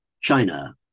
China